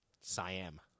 Siam